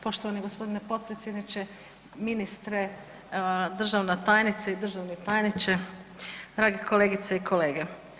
Poštovani g. potpredsjedniče, ministre, državna tajnice i državni tajniče, dragi kolegice i kolege.